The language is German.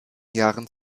jahren